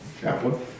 chaplain